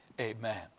Amen